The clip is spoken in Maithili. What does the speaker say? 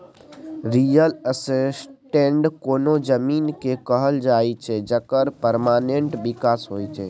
रियल एस्टेट कोनो जमीन केँ कहल जाइ छै जकर परमानेंट बिकास होइ